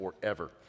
forever